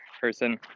person